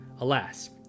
Alas